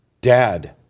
Dad